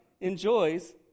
enjoys